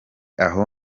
aho